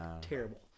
terrible